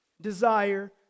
desire